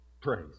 praise